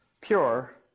pure